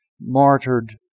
martyred